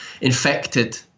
infected